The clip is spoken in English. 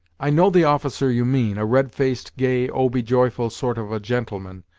i know the officer you mean, a red faced, gay, oh! be joyful sort of a gentleman,